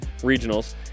regionals